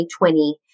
2020